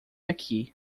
aqui